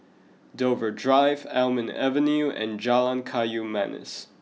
Dover Drive Almond Avenue and Jalan Kayu Manis